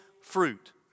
fruit